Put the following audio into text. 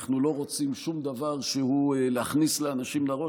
אנחנו לא רוצים שום דבר שהוא להכניס לאנשים לראש,